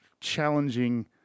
challenging